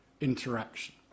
interaction